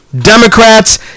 Democrats